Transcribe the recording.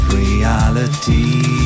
reality